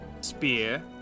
spear